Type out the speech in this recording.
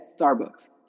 Starbucks